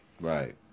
Right